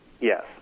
Yes